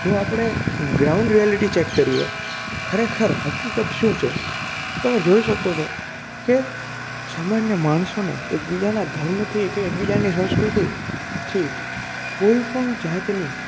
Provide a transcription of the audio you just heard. જો આપણે ground reality check કરીએ કે ખરેખર હકીકત શું છે તો તમે જોઈ શકો છો કે સામાન્ય માણસોને એકબીજાના ધર્મથી કે એકબીજાની સંસ્કૃતિ થી કોઈપણ જાતની